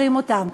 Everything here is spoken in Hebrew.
חוקרים אותם,